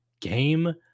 game